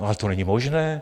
Ale to není možné.